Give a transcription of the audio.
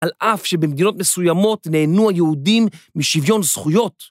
על אף שבמדינות מסוימות נהנו היהודים משוויון זכויות.